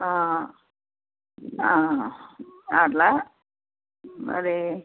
అట్లా మరి